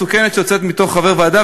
מסוכן שהיא יוצאת מחבר ועדה,